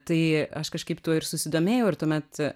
tai aš kažkaip tuo ir susidomėjau ir tuomet